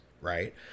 right